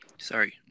Sorry